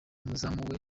umuzamu